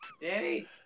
Danny